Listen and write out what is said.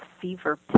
fever